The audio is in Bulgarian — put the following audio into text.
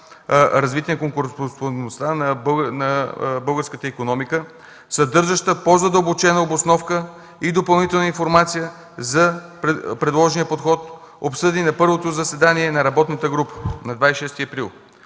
„Развитие на конкурентоспособността на българската икономика“, съдържаща по-задълбочена обосновка и допълнителна информация за предложения подход, обсъдени на първото заседание на работната група на 26 април.